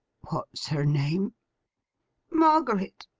what's her name margaret,